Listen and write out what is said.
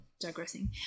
digressing